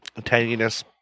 Tanginess